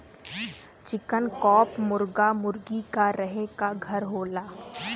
चिकन coop मुरगा मुरगी क रहे क घर होला